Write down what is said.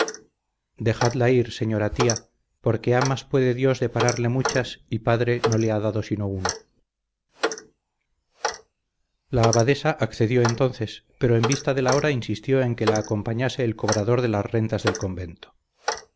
dejadla ir señora tía porque amas puede dios depararle muchas y padre no le ha dado sino uno la abadesa accedió entonces pero en vista de la hora insistió en que la acompañase el cobrador de las rentas del convento